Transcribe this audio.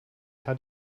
hat